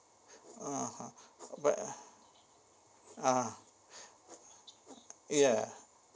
(uh huh) but ah ya